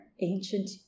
ancient